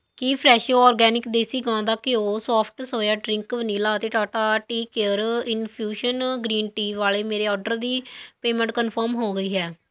ਕੀ Fresho organic desi ਗਾਂ ਦਾ ਘਿਉ ਸੋਫਟ ਸੋਇਆ ਡ੍ਰਿੰਕ ਵਨੀਲਾ ਅਤੇ Tata tea care infusion green tea ਵਾਲੇ ਮੇਰੇ ਔਡਰ ਦੀ ਪੇਮੈਂਟ ਕਨਫਰਮ ਹੋ ਗਈ ਹੈ